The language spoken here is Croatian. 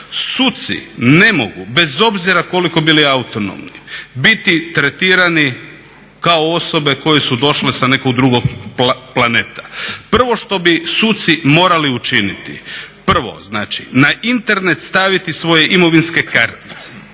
Suci ne mogu bez obzira koliko bili autonomni biti tretirani kao osobe koje su došle sa nekog drugog planeta. Prvo što bi suci morali učiniti, prvo znači na Internet staviti svoje imovinske kartice.